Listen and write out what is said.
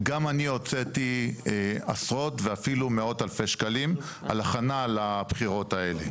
גם אני הוצאתי עשרות ואפילו מאות אלפי שקלים על הכנה לבחירות האלה.